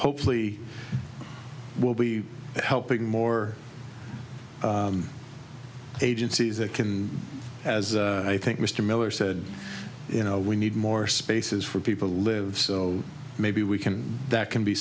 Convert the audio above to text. hopefully we'll be helping more agencies that can as i think mr miller said you know we need more spaces for people to live so maybe we can that can be